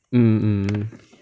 mm mm